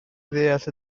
ddeall